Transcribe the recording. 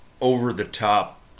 over-the-top